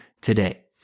today